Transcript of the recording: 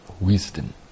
wisdom